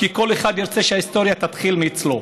כי כל אחד ירצה שההיסטוריה תתחיל מאצלו.